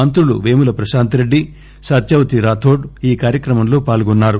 మంత్రులు పేముల ప్రశాంత్ రెడ్డి సత్యవతి రాథోడ్ ఈ కార్యక్రమంలో పాల్గొన్నారు